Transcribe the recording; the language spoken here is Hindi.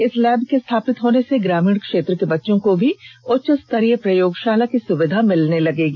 इस लैब के स्थापित होने से ग्रामीण क्षेत्र के बच्चों को भी उच्च स्तरीय प्रयोगशाला की सुविधा मिलने लगी है